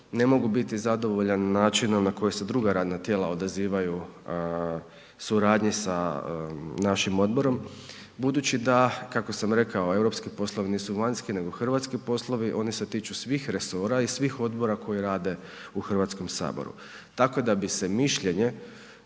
ne mogu biti zadovoljan načinom na koji se druga radna tijela odazivaju suradnji sa našim odborom budući da, kako sam rekao, europski poslovi nisu vanjski, nego hrvatski poslovi, oni se tiču svih resora i svih odbora koji rade u HS, tako da bi se mišljenje